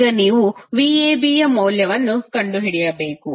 ಈಗ ನೀವು vab ಮೌಲ್ಯವನ್ನು ಕಂಡುಹಿಡಿಯಬೇಕು